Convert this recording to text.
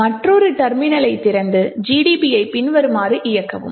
எனவே மற்றொரு டெர்மினலை திறந்து GDB ஐ பின்வருமாறு இயக்கவும்